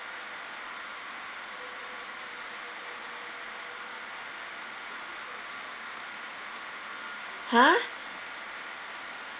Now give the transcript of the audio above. !huh!